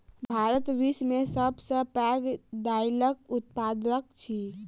भारत विश्व में सब सॅ पैघ दाइलक उत्पादक अछि